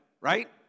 right